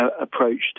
approached